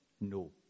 No